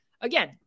again